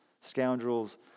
Scoundrels